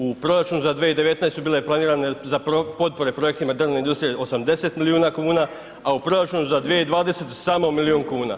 U proračun za 2019. bila je planirana za potpore projektima drvne industrije 80 miliona kuna, a u proračunu za 2020. samo milion kuna.